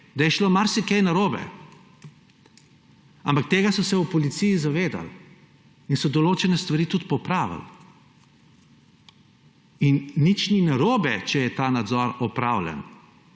da je šlo marsikaj narobe, ampak tega so se v policiji zavedali in so določene stvari tudi popravili. In nič ni narobe, če je ta nadzor opravljen.